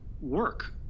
work